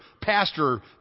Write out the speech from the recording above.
pastor